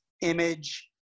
image